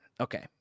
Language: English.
Okay